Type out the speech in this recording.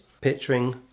Picturing